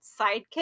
sidekick